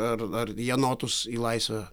ar ar jenotus į laisvę